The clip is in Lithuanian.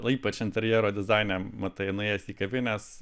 ypač interjero dizaine matai nuėjęs į kavines